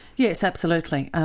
yes, absolutely.